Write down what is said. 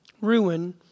ruin